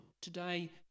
Today